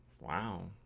Wow